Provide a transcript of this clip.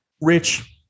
Rich